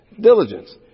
diligence